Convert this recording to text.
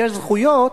יש זכויות,